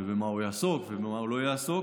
במה הוא יעסוק ובמה הוא לא יעסוק.